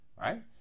right